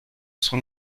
son